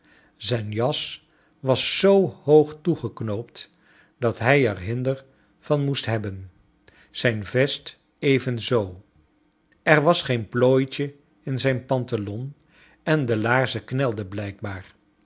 zijne jas was zoo hoog toegeknoopt dat hij er hinder van moest hebben zijn vest evenzoo er was geen piooitje in zijn pantalon en de laarzen knelden blijkbaar